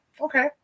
Okay